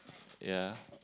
ya